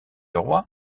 leroy